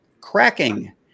cracking